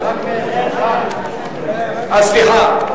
סליחה,